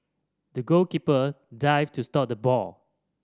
the goalkeeper dived to stop the ball